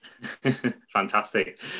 Fantastic